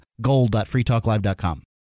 gold.freetalklive.com